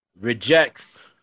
rejects